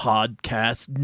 Podcast